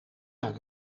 naar